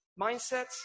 mindsets